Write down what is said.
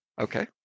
Okay